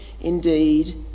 indeed